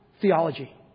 theology